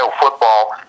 football